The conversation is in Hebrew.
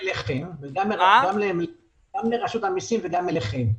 גם לרשות המיסים וגם אליכם.